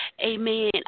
Amen